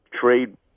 trade